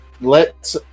let